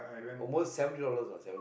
almost seventy dollars ah seven